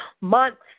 months